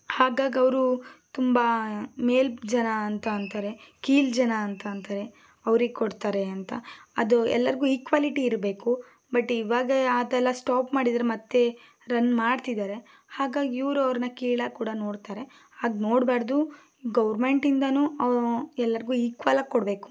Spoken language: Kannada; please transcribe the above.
ಹಾಗಾಗಿ ಅವರು ತುಂಬ ಮೇಲು ಜನ ಅಂತ ಅಂತಾರೆ ಕೀಳು ಜನ ಅಂತ ಅಂತಾರೆ ಅವರಿಗೆ ಕೊಡ್ತಾರೆ ಅಂತ ಅದು ಎಲ್ಲರಿಗೂ ಇಕ್ವಾಲಿಟಿ ಇರಬೇಕು ಬಟ್ ಈವಾಗ ಅದೆಲ್ಲ ಸ್ಟಾಪ್ ಮಾಡಿದ್ದರು ಮತ್ತೆ ರನ್ ಮಾಡ್ತಿದ್ದಾರೆ ಹಾಗಾಗಿ ಇವರು ಅವರನ್ನ ಕೀಳಾಗಿ ಕೂಡ ನೋಡ್ತಾರೆ ಹಾಗೆ ನೋಡಬಾರದು ಗೌರ್ಮೆಂಟಿಂದಾನು ಎಲ್ಲರಿಗೂ ಇಕ್ವಲ್ ಆಗಿ ಕೊಡಬೇಕು